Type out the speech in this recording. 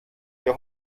hier